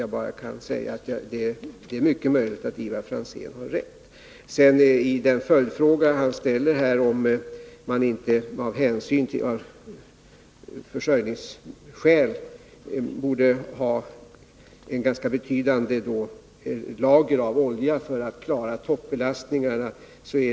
Jag kan bara säga att det är mycket möjligt att Ivar Franzén har rätt. Ivar Franzén undrade i den följdfråga som han här ställde om vi inte av försörjningsskäl bör ha ett ganska betydande lager av olja för att klara toppbelastningarna.